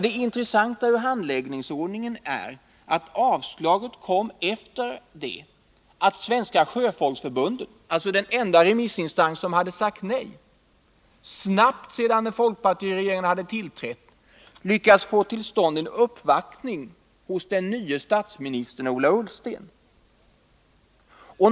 Det intressanta i handläggningsordningen är att avslaget kom efter det att Svenska sjöfolksförbundet, alltså den enda remissinstans som sagt nej, sedan folkpartiregeringen hade tillträtt hade lyckats snabbt få till stånd en uppvaktning hos den nye statsministern, Ola Ullsten.